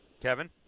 Kevin